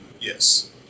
Yes